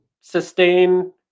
sustain